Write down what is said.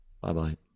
Bye-bye